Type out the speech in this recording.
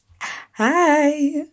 hi